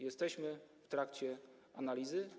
Jesteśmy w trakcie analizy.